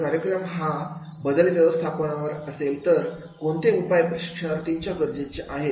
जर कार्यक्रम हा बदल व्यवस्थापनावर असेल तर कोणते उपाय प्रशिक्षणार्थींच्या गरजेचे आहेत